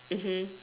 mmhmm